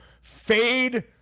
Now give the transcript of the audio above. fade